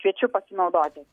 kviečiu pasinaudoti